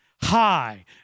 high